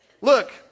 Look